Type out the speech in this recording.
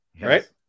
right